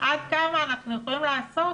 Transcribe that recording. עד כמה אנחנו יכולים לעשות